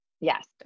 Yes